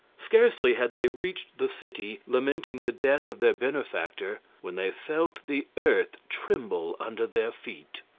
scarcely had they reached the city, lamenting the death of their benefactor, when they felt the earth tremble under their feet.